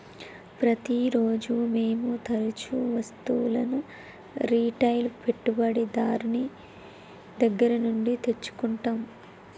ప్రతిరోజూ మేము తరుచూ వస్తువులను రిటైల్ పెట్టుబడిదారుని దగ్గర నుండి తెచ్చుకుంటం